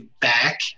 back